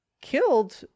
killed